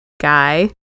guy